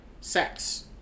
sex